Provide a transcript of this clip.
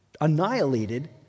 annihilated